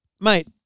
Mate